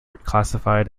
classified